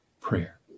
prayer